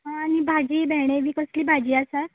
आं आनी भाजी भेंडे बी कसली भाजी आसा